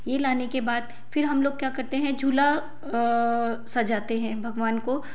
यह लाने के बाद फिर हम लोग क्या करते हैं झूला सजाते हैं भगवान को